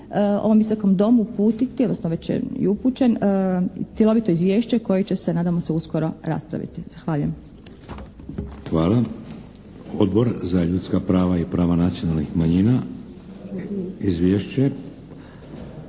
ovom Visokom domu uputiti, odnosno već je upućen, cjelovito izvješće koje će se, nadamo se, uskoro raspraviti. Zahvaljujem. **Šeks, Vladimir (HDZ)** Hvala. Odbor za ljudska prava i prava nacionalnih manjina? Izvješće?